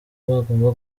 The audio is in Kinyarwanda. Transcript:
bagomba